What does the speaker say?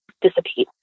disappear